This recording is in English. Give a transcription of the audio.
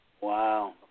Wow